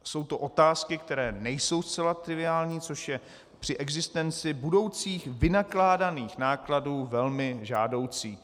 Jsou to otázky, které nejsou zcela triviální, což je při existenci budoucích vynakládaných nákladů velmi žádoucí.